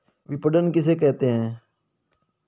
विपणन किसे कहते हैं?